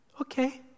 okay